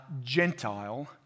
Gentile